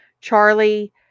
Charlie